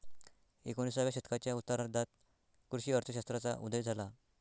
एकोणिसाव्या शतकाच्या उत्तरार्धात कृषी अर्थ शास्त्राचा उदय झाला